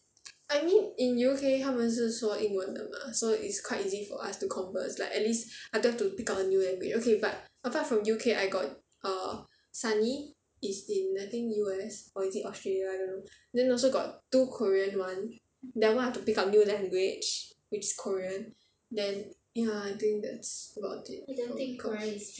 I mean in U_K 他们是说英文的吗 so it's quite easy for us to converse like at least I don't have to like pick up a new language okay but apart from U_K I got err sunny is in I think U_S or is it australia I don't know then also got two korean [one] that [one] I have to pick up a new language which is korean then ya I think that's about it for foreign